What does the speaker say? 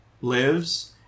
lives